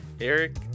Eric